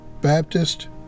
Baptist